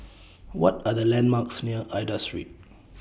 What Are The landmarks near Aida Street